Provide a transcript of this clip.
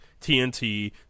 TNT